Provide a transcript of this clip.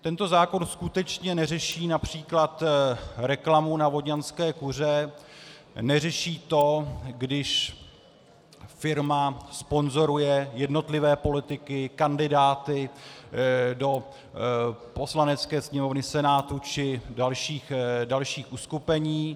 Tento zákon skutečně neřeší například reklamu na vodňanské kuře, neřeší to, když firma sponzoruje jednotlivé politiky, kandidáty do Poslanecké sněmovny, Senátu či dalších uskupení.